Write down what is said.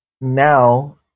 now